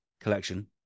collection